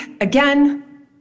again